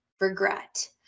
regret